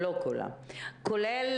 כולל